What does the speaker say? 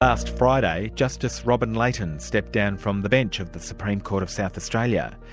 last friday, justice robyn layton stepped down from the bench of the supreme court of south australia.